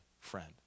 friend